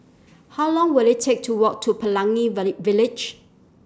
How Long Will IT Take to Walk to Pelangi Village